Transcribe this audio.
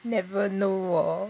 never know hor